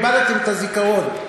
איבדתם את הזיכרון.